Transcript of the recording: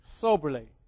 soberly